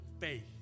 faith